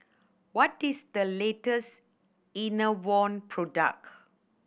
what is the latest Enervon product